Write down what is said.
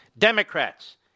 Democrats